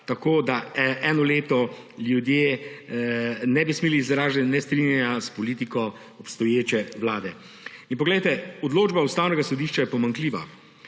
tako da eno leto ljudje ne bi smeli izražati nestrinjanja s politiko obstoječe vlade. Odločba Ustavnega sodišča je pomanjkljiva.